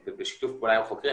בשיתוף פעולה עם חוקרים,